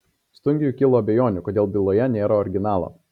stungiui kilo abejonių kodėl byloje nėra originalo